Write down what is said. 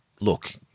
look